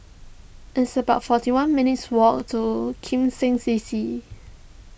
it's about forty one minutes' walk to Kim Seng C C